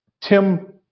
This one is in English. Tim